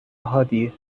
حادیه